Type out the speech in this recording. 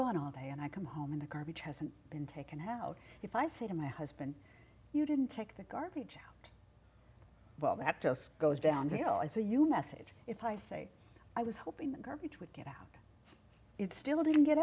gone all day and i come home and a garbage hasn't been taken out if i say to my husband you didn't take the garbage well that just goes downhill i say you message if i say i was hoping the garbage would get out it still didn't get